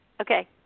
Okay